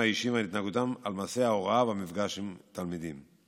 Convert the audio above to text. האישיים והתנהגותם על מעשה ההוראה והמפגש עם התלמידים.